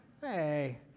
Hey